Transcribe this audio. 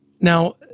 Now